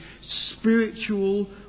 spiritual